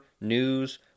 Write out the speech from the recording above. news